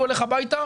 הוא הולך הביתה